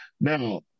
Now